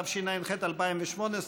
התשע"ח 2018,